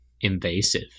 invasive